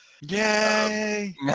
Yay